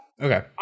Okay